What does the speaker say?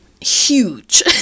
Huge